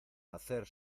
hacer